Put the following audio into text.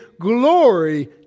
glory